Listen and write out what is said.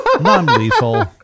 non-lethal